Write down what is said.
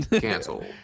Cancel